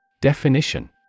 Definition